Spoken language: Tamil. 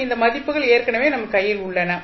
மற்றும் இந்த மதிப்புகள் ஏற்கனவே நம் கையில் உள்ளன